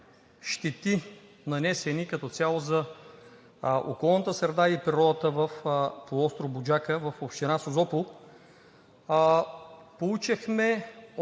щети, нанесени като цяло за околната среда и природата в полуостров Буджака в община Созопол. Получихме